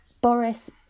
Boris